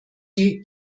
die